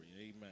amen